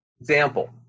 Example